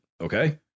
Okay